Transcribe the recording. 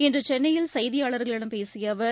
இன்றுசென்னயில் செய்தியாளர்களிடம் பேசியஅவர்